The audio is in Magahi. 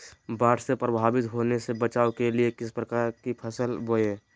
बाढ़ से प्रभावित होने से बचाव के लिए किस प्रकार की फसल बोए?